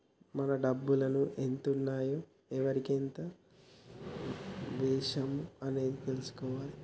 మన డబ్బులు ఎంత ఉన్నాయి ఎవరికి ఎంత వేశాము అనేది తెలుసుకోవాలే